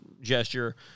gesture